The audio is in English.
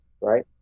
right